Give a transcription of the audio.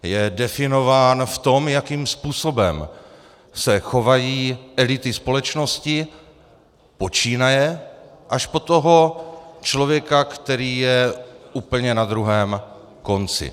Je definován v tom, jakým způsobem se chovají elity společnosti, počínaje, až po toho člověka, který je úplně na druhém konci.